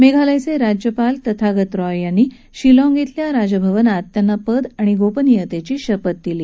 मेघालयचे राज्यपाल तथागत रॉय यांनी शिलॉग शिल्या राजभवनात त्यांना पद आणि गोपनीयतेची शपथ दिली